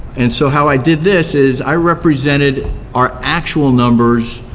and so how i did this is i represented our actual numbers